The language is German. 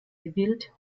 gewillt